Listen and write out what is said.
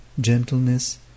gentleness